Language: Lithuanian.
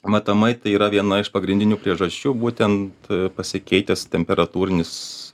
matomai tai yra viena iš pagrindinių priežasčių būtent pasikeitęs temperatūrinis